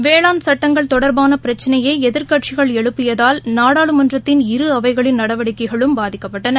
வேளாண் சட்டங்கள் தொடர்பான பிரச்சினையை எதிர்க்கட்சிகள் எழுப்பியதால் நாடாளுமன்றத்தின் இரு அவைகளின் நடவடிக்கைகளும் பாதிக்கப்பட்டன